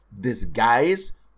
disguise